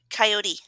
Coyote